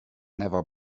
never